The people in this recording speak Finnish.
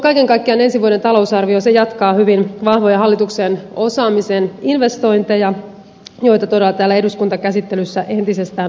kaiken kaikkiaan ensi vuoden talousarvio jatkaa hyvin vahvoja hallituksen osaamisen investointeja joita todella täällä eduskuntakäsittelyssä entisestään on vahvistettu